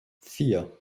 vier